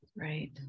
Right